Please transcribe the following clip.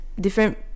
different